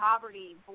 poverty